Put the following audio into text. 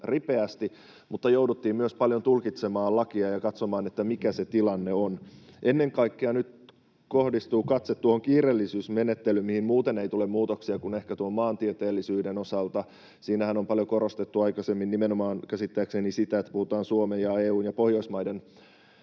mutta jouduttiin myös paljon tulkitsemaan lakia ja katsomaan, mikä se tilanne on. Ennen kaikkea nyt kohdistuu katse tuohon kiireellisyysmenettelyyn, mihin muuten ei tule muutoksia kuin ehkä tuon maantieteellisyyden osalta. Siinähän on aikaisemmin paljon korostettu käsittääkseni nimenomaan sitä, että puhutaan Suomen ja EU:n tai Pohjoismaiden